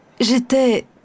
J'étais